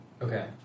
Okay